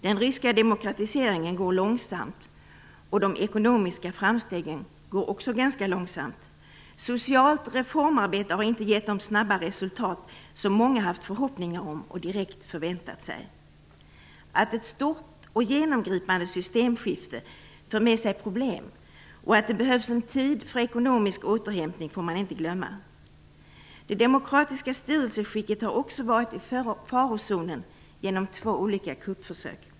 Den ryska demokratiseringen går långsamt, och de ekonomiska framstegen görs också ganska långsamt. Socialt reformarbete har inte gett de snabba resultat som många haft förhoppningar om och direkt förväntat sig. Man får inte glömma att ett stort och genomgripande systemskifte för med sig problem och att det behövs tid för ekonomisk återhämtning. Det demokratiska styrelseskicket har också varit i farozonen genom två olika kuppförsök.